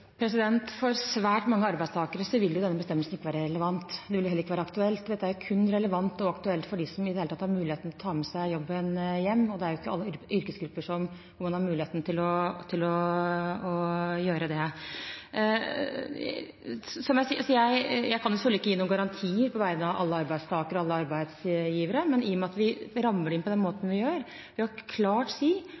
For svært mange arbeidstakere vil denne bestemmelsen ikke være relevant, og det vil heller ikke være aktuelt. Dette er kun relevant og aktuelt for dem som i det hele tatt har mulighet til å ta med seg jobben hjem, og alle yrkesgrupper har jo ikke mulighet til å gjøre det. Jeg kan selvfølgelig ikke gi noen garanti på vegne av alle arbeidstakere og alle arbeidsgivere, men i og med at vi rammer det inn på den måten vi gjør – ved å klart si